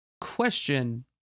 question